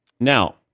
Now